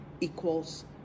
equals